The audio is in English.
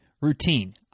routine